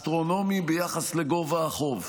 אסטרונומי ביחס לגובה החוב.